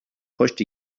pushed